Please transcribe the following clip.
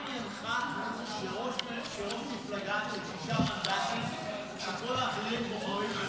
מה עניינך שראש מפלגה עם שישה מנדטים יכול --- את הבוחרים שלך?